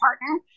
partner